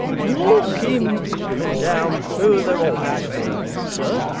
walk him up and down further off then, sir